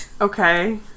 okay